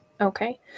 Okay